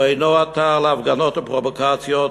הוא אינו אתר להפגנות ופרובוקציות,